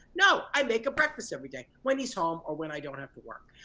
no, i make a breakfast every day, when he's home or when i don't have to work.